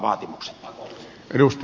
arvoisa puhemies